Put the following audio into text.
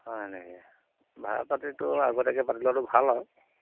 হয় নেকি ভাড়া পাতিটো আগতীয়াকে পাতি লোৱাটো ভাল হয়